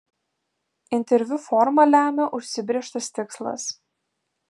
interviu formą lemia užsibrėžtas tikslas